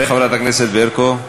וחברת הכנסת ברקו.